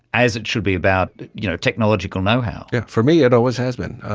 as it should be about you know technological know-how. yeah for me it always has been,